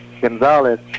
Gonzalez